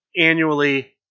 annually